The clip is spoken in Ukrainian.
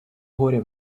горя